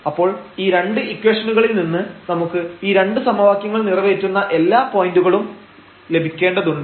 അപ്പോൾ ഈ രണ്ട് ഇക്വഷനുകളിൽ നിന്ന് നമുക്ക് ഈ രണ്ട് സമവാക്യങ്ങൾ നിറവേറ്റുന്ന എല്ലാ പോയന്റുകളും ലഭിക്കേണ്ടതുണ്ട്